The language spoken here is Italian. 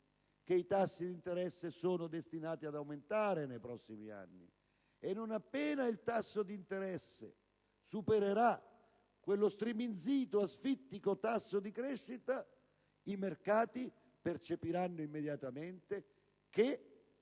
che i tassi di interesse sono destinati ad aumentare nei prossimi anni e, non appena il tasso di interesse supererà quello striminzito, asfittico tasso di crescita, i mercati percepiranno immediatamente che